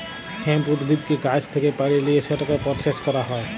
hemp উদ্ভিদকে গাহাচ থ্যাকে পাড়ে লিঁয়ে সেটকে পরসেস ক্যরা হ্যয়